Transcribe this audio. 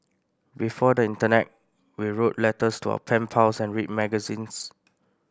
before the internet we wrote letters to our pen pals and read magazines